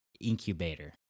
incubator